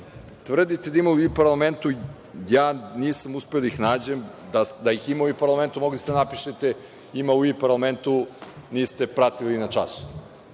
tvrdite vi da ima u parlamentu. Ja nisam uspeo da ih nađem. Da ih ima u e-parlamentu, mogli ste da napišete ima u e-parlamentu, niste pratili na času.